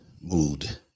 mood